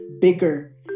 bigger